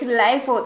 life